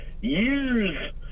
years